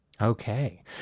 Okay